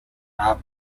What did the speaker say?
are